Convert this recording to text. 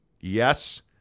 Yes